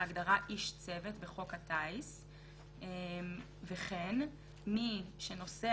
להגדרה "איש צוות" בחוק הטיס וכן מי שנוסע